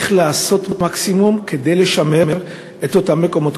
איך לעשות את המקסימום כדי לשמר את אותם מקומות